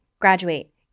graduate